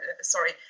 sorry